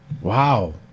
Wow